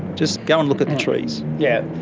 just go and look at the trees. yes.